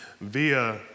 via